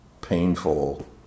painful